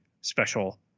special